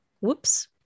whoops